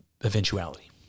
eventuality